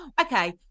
Okay